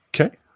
Okay